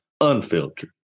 unfiltered